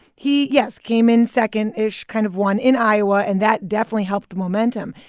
he yes came in second-ish, kind of won in iowa, and that definitely helped the momentum.